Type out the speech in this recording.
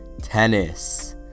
Tennis